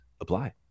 Apply